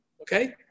Okay